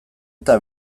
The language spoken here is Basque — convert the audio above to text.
eta